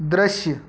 दृश्य